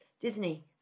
Disney